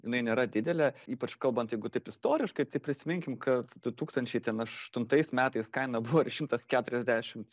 jinai nėra didelė ypač kalbant jeigu taip istoriškai prisiminkim kad du tūkstančiai aštuntais metais kaina buvo šimtas keturiasdešimt